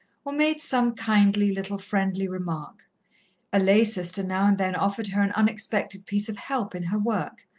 or made some kindly, little, friendly remark a lay-sister now and then offered her an unexpected piece of help in her work,